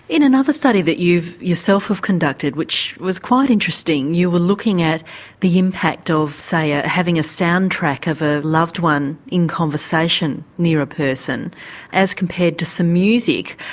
in another study that you yourself have conducted, which was quite interesting, you were looking at the impact of say ah having a soundtrack of a loved one in conversation near a person as compared to some music,